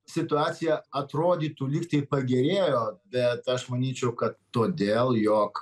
situacija atrodytų lygtai pagerėjo bet aš manyčiau kad todėl jog